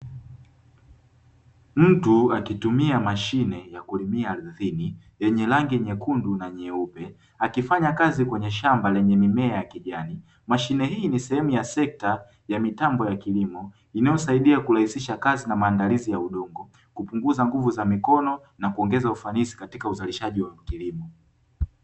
Mtu akitumia mashine ya kulimia ardhini yenye rangi nyekundu na nyeupe, akifanya kazi kwenye shamba lenye mimea ya kijani. Mashine hii ni sehemu ya sekta ya mitambo ya kilimo inayosaidia kurahisisha kazi na maandalizi ya udongo, kupunguza nguvu za mikono na kuongeza ufanisi katika uzalishaji wa kilimo.